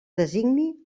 designi